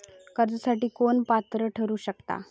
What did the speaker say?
कर्जासाठी कोण पात्र ठरु शकता?